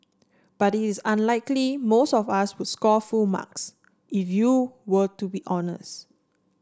but it is unlikely most of us would score full marks if you were to be honest